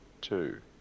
Two